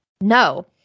No